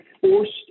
forced